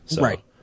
Right